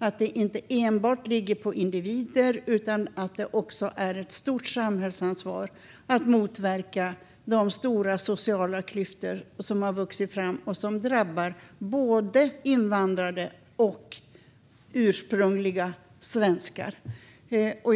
och att detta inte enbart ligger på individer utan att det också är ett stort samhällsansvar att motverka de stora sociala klyftor som har vuxit fram och som drabbar både invandrare och "ursprungliga" svenskar.